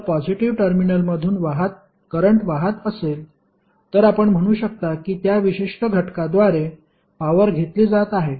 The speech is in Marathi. जर पॉजिटीव्ह टर्मिनलमधून करंट वाहत असेल तर आपण म्हणू शकता की त्या विशिष्ट घटकाद्वारे पॉवर घेतली जात आहे